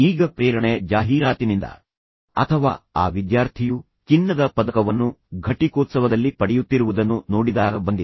ಈಗ ಪ್ರೇರಣೆ ಜಾಹೀರಾತಿನಿಂದ ಅಥವಾ ಆ ವಿದ್ಯಾರ್ಥಿಯು ಚಿನ್ನದ ಪದಕವನ್ನು ಘಟಿಕೋತ್ಸವದಲ್ಲಿ ಪಡೆಯುತ್ತಿರುವುದನ್ನು ನೋಡಿದಾಗ ಬಂದಿದೆ